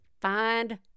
find